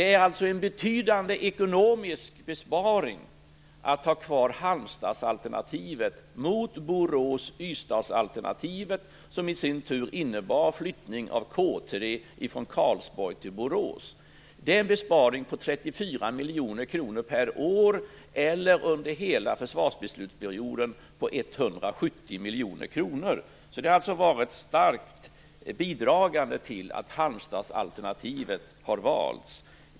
Det är alltså en betydande ekonomisk besparing att ha kvar Halmstadsalternativet mot Borås-Ystadsalternativet, vilket i sin tur innebar en flyttning av K 3 miljoner kronor per år eller 170 miljoner kronor under hela försvarsbeslutsperioden. Detta har varit starkt bidragande till att Halmstadsalternativet har valts.